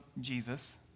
Jesus